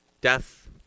death